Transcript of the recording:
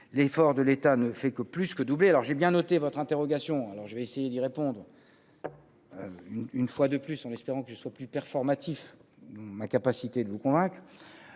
l'effort de l'État ne fait que, plus que doublé, alors j'ai bien d'autres. C'était votre interrogation, alors je vais essayer d'y répondre une une fois de plus, en espérant que je sois plus performatif ma capacité de vous convaincre